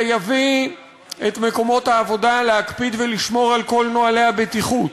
זה יביא את מקומות העבודה להקפיד ולשמור על כל נוהלי הבטיחות,